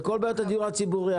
וכל בעיות הדיור הציבורי,